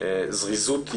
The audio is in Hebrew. זריזות יתר,